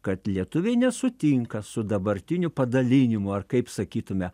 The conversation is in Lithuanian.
kad lietuviai nesutinka su dabartiniu padaliniu ar kaip sakytume